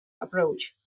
approach